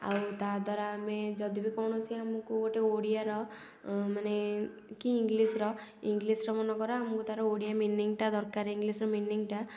ଆଉ ତା ଦ୍ଵାରା ଆମେ ଯଦି ବି କୌଣସି ଆମକୁ ଗୋଟେ ଓଡ଼ିଆର ମାନେ କି ଇଂଗ୍ଲିଶର ଇଂଗ୍ଲିଶର ମନେକର ଆମକୁ ତାର ଓଡ଼ିଆ ମିନିଂଗଟା ଦରକାର ଇଂଗ୍ଲିଶର ମିନିଂଗଟା ଇଂଗ୍ଲିଶ